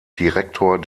direktor